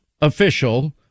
official